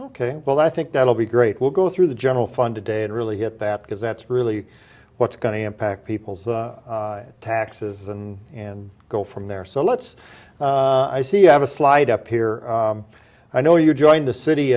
ok well i think that'll be great we'll go through the general fund today and really get that because that's really what's going to impact people's taxes and and go from there so let's see you have a slide up here i know you joined the city